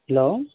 hello